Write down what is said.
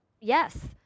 yes